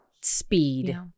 speed